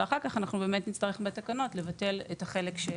ואחר כך בתקנות נבטל את החלק של